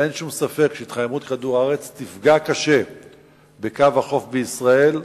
ואין שום ספק שהתחממות כדור-הארץ תפגע קשה בקו החוף בישראל.